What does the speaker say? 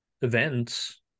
events